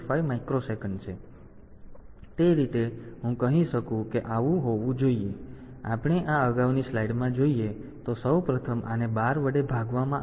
તેથી તે રીતે હું કહી શકું કે આ આવું હોવું જોઈએ જો આપણે આ અગાઉની સ્લાઈડમાં જોઈએ તો સૌ પ્રથમ આને 12 વડે ભાગવામાં આવે છે